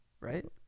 right